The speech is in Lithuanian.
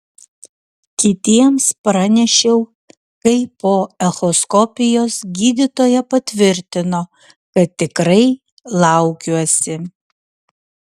kitiems pranešiau kai po echoskopijos gydytoja patvirtino kad tikrai laukiuosi